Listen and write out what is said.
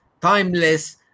timeless